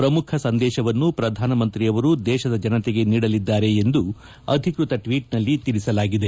ಪ್ರಮುಖ ಸಂದೇತವನ್ನು ಪ್ರಧಾನಮಂತ್ರಿಯವರು ದೇತದ ಜನತೆಗೆ ನೀಡಲಿದ್ದಾರೆ ಎಂದು ಅಧಿಕೃತ ಟ್ವೀಟ್ನಲ್ಲಿ ತಿಳಿಸಲಾಗಿದೆ